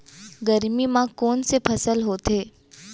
गरमी मा कोन से फसल होथे?